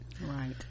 right